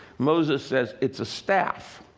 moses says, it's a staff.